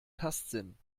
tastsinn